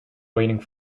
waiting